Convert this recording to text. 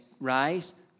rise